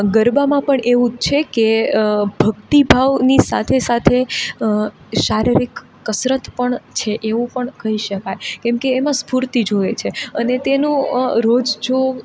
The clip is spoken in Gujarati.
ગરબામાં પણ એવું જ છે કે ભક્તિ ભાવની સાથે સાથે શારીરિક કસરત પણ છે એવું પણ કહી શકાય કેમકે એમાં સ્ફૂર્તિ જોઈએ છે અને તેનું રોજ જો